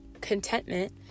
contentment